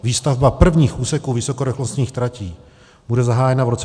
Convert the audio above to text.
Výstavba prvních úseků vysokorychlostních tratí bude zahájena v roce 2025.